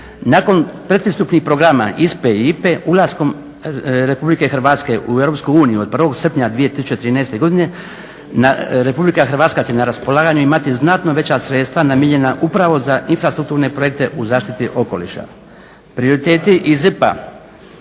Nakon pred pristupnih programa ISPA-e i IPA-e ulaskom RH u EU od 1. Srpnja 2013. Godine RH će na raspolaganju imati znatno veća sredstva namijenjena upravo za infrastrukturne projekte u zaštiti okolišat. Prioriteti ISIP-a